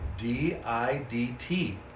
D-I-D-T